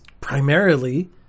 primarily